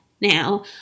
Now